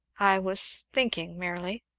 i was thinking merely.